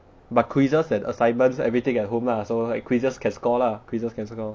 but quizzes and assignments everything at home lah so like quizzes can score lah quizzes can score